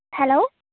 hello